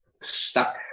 stuck